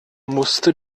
musste